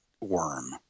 worm